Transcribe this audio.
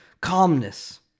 calmness